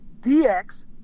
DX